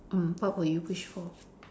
mm what would you wish for